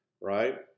right